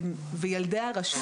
ילדי הרשות,